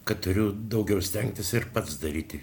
kad turiu daugiau stengtis ir pats daryti